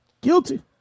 Guilty